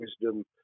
wisdom